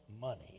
money